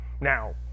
Now